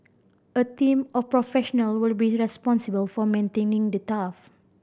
a team of professional will be responsible for maintaining the turf